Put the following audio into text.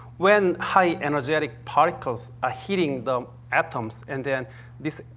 when high energetic particles ah heating the atoms, and then this,